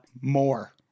more